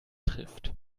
trifft